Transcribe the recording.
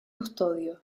custodio